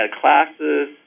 classes